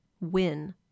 win